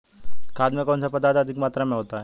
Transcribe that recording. खाद में कौन सा पदार्थ अधिक मात्रा में होता है?